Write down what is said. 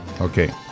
Okay